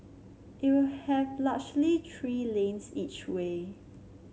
it will have largely three lanes each way